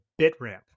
BitRamp